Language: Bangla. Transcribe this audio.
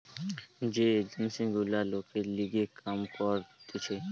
যে এজেন্সি গুলা লোকের লিগে কাম করতিছে